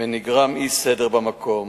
ונגרם אי-סדר במקום.